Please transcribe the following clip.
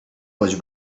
was